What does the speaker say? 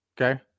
okay